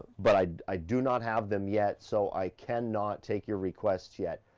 but i i do not have them yet, so i cannot take your requests yet.